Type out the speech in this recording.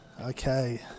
Okay